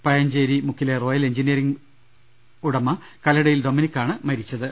പയഞ്ചേരിമുക്കിലെ royal engineering ഉടമ കല്ലടയിൽ ഡൊമനിക്കാണ് മരിച്ചത്